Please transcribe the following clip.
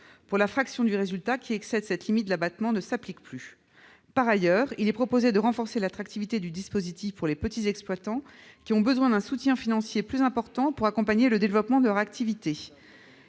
Pour la fraction du résultat qui excède cette limite, l'abattement ne s'applique plus. En outre, il est proposé de renforcer l'attractivité du dispositif pour les petits exploitants qui ont besoin d'un soutien financier plus important pour accompagner le développement de leur activité.